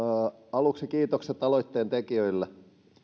aluksi kiitokset aloitteen tekijöille